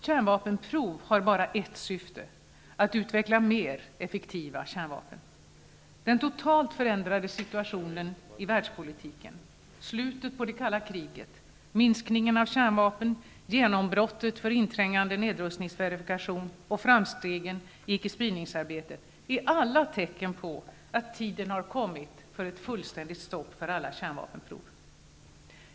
Kärnvapenprov har bara ett syfte -- att utveckla mer effektiva kärnvapen. Den totalt förändrade situationen i världspolitiken, slutet på det kalla kriget, minskningen av kärnvapen, genombrottet för inträngande nedrustningsverifikation och framstegen i icke-spridningsarbetet är alla tecken på att tiden har kommit för ett fullständigt stopp för alla kärnvapenprov.